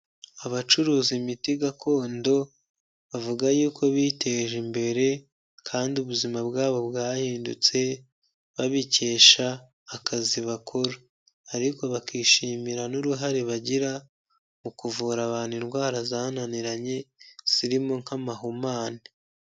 Abacuruza imiti gakondo bavuga yuko biteje imbere kandi ubuzima bwabo bwahindutse, babikesha akazi bakora. Ariko bakishimira n'uruhare bagira mu kuvura abantu indwara zananiranye, zirimo nk'amahumane.